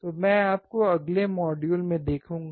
तो मैं आपको अगले मॉड्यूल में देखूँगा